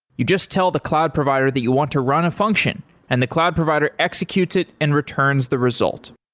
you just tell the cloud provider that you want to run a function and the cloud provider executes it and returns the result.